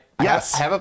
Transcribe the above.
Yes